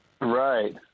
Right